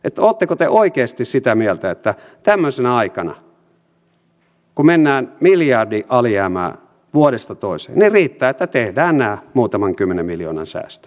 oletteko te oikeasti sitä mieltä että tämmöisenä aikana kun mennään miljardin alijäämää vuodesta toiseen riittää että tehdään nämä muutaman kymmenen miljoonan säästöt